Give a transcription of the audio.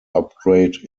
upgrade